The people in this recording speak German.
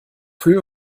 höhe